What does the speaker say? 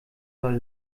soll